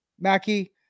Mackie